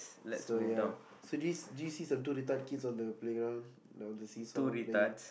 so ya so do you see do you see two little kids on the playground on the see saw playing